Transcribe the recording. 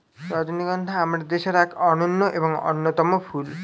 রজনীগন্ধা আমাদের দেশের এক অনন্য এবং অন্যতম ফুল